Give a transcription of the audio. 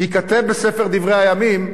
ייכתב בספר דברי הימים,